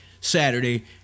Saturday